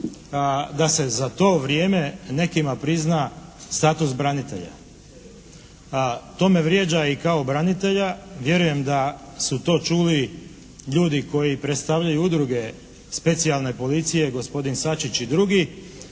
da se za to vrijeme nekima prizna status branitelja? To me vrijeđa i kao branitelja. Vjerujem da su to čuli ljudi koji predstavljaju Udruge specijalne policije gospodin Sačić i drugi